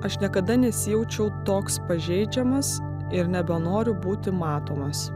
aš niekada nesijaučiau toks pažeidžiamas ir nebenoriu būti matomas